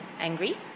angry